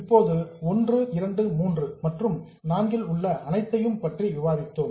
இப்போது நாம் 1 2 3 மற்றும் 4 இல் உள்ள அனைத்தையும் பற்றி விவாதித்தோம்